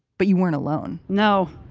but you weren't alone no,